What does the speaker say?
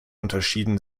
unterschieden